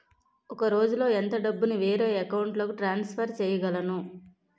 ఒక రోజులో ఎంత డబ్బుని వేరే అకౌంట్ లోకి ట్రాన్సఫర్ చేయగలను?